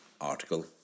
article